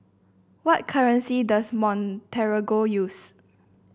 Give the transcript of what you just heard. what currency does Montenegro use